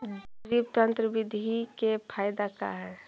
Drip तन्त्र बिधि के फायदा का है?